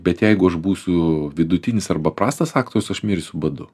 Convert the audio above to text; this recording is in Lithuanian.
bet jeigu aš būsiu vidutinis arba prastas aktorius aš mirsiu badu